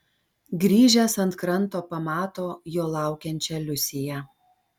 grįžęs ant kranto pamato jo laukiančią liusiją